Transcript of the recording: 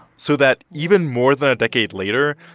so that even more than a decade later,